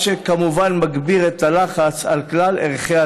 מה שכמובן מגביר את הלחץ על כלל ערכי